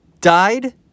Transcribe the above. died